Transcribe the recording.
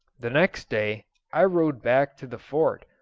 the next day i rode back to the fort,